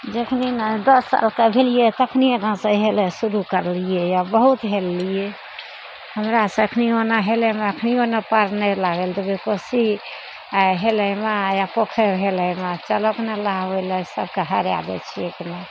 जखनीने दस सालके भेलियइ तखनिये गाँवसँ हेलय शुरू करलियै बहुत हेललियै हमरा से अखनी ओना हेलयमे अखनीओ पार नहि लागय लए देबय कोशी आओर हेलयमे आओर पोखरि हेलयमे चलतने नहाबय लए सबके हरा दै छियै कि ने